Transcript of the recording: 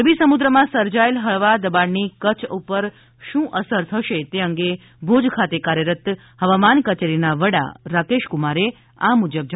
અરબી સમુદ્રમાં સર્જાયેલ હળવા દબાણની કચ્છ પર શું અસર થશે તે અંગે ભુજ ખાતે કાર્યરત હવામાન કચેરીના વડા રાકેશક્રમારે આ મુજબ જણાવ્યું